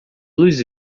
luz